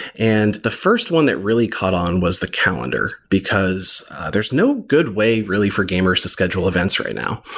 and the first one that really caught on was the calendar, because there's no good way really for gamers to schedule events right now.